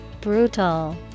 Brutal